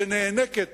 שנאנקת